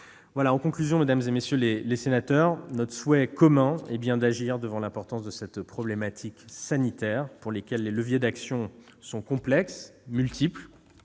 et d'échanges. Mesdames, messieurs les sénateurs, notre souhait commun est bien d'agir face à l'importance de cette problématique sanitaire, sur laquelle les leviers d'action sont complexes et multiples.